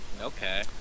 Okay